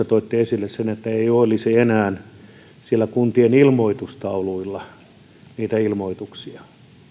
toitte esille sen että ei olisi enää kuntien ilmoitustauluilla niitä ilmoituksia